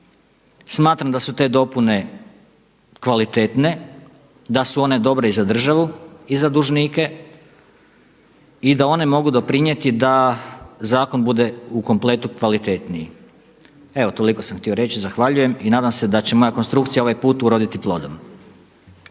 smatram da su te dopune kvalitetne, da su one dobre i za državu i za dužnike i da one mogu doprinijeti da zakon bude u kompletu kvalitetniji. Evo toliko sam htio reći, zahvaljujem i nadam se da će moja konstrukcija ovaj put uroditi plodom.